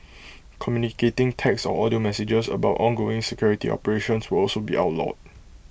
communicating text or audio messages about ongoing security operations will also be outlawed